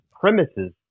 premises